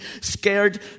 scared